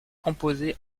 composé